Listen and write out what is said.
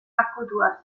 akutuaz